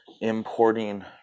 importing